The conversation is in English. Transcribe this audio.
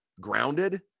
grounded